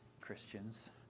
Christians